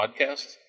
podcast